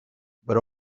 but